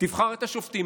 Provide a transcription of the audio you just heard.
יבחר את השופטים.